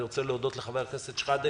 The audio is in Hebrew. אני רוצה להודות לחבר הכנסת אנטאנס שחאדה